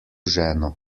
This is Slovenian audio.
ženo